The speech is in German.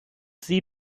sie